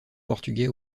portugais